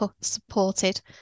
supported